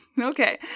Okay